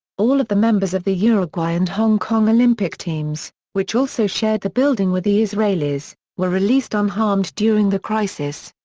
all of the members of the uruguay and hong kong olympic teams, which also shared the building with the israelis, were released unharmed during the crisis.